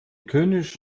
könig